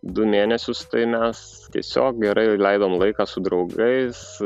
du mėnesius tai mes tiesiog gerai leidom laiką su draugais